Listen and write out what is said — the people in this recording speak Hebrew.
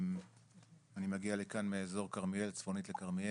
אני מגיע לכאן מאזור כרמיאל, צפונית לכרמיאל.